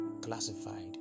classified